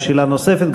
שאלה נוספת.